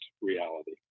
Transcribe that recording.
reality